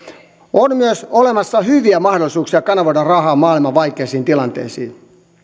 on myös olemassa hyviä mahdollisuuksia kanavoida rahaa maailman vaikeisiin tilanteisiin